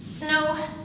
No